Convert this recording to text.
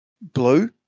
blue